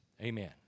amen